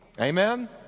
Amen